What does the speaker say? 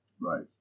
Right